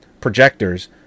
projectors